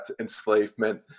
enslavement